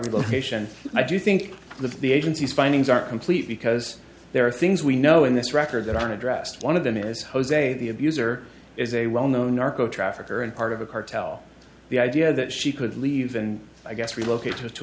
rehabilitation i do think the the agency's findings are complete because there are things we know in this record that aren't addressed one of them is jose the abuser is a well known narco traffickers and part of a cartel the idea that she could leave and i guess relocated to